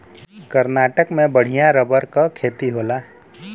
कर्नाटक में बढ़िया रबर क खेती होला